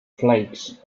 flakes